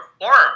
perform